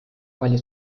palju